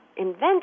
invent